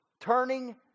turning